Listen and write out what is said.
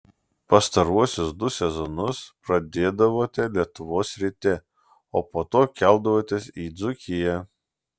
pastaruosius du sezonus pradėdavote lietuvos ryte o po to keldavotės į dzūkiją